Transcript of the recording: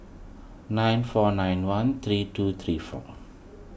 nine four nine one three two three four